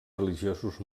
religiosos